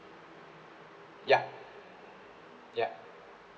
ya yup